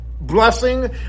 blessing